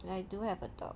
I do have a dog